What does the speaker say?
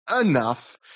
enough